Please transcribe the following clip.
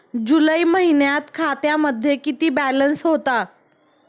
जुलै महिन्यात खात्यामध्ये किती बॅलन्स होता?